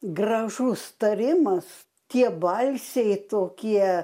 gražus tarimas tie balsiai tokie